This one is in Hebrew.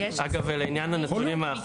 אגב לעניין הנתונים,